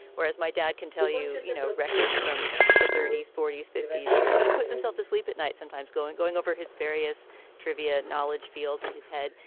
whereas my dad can tell you, you know, records from the thirty s, forty s, fifty s, in fact, he put himself to sleep at night, sometimes going going over his various trivia knowledge fields in his head.